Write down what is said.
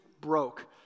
broke